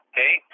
Okay